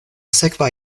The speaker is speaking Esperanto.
sekva